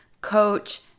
coach